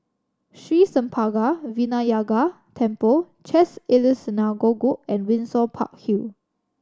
Sri Senpaga Vinayagar Temple Chesed El Synagogue and Windsor Park Hill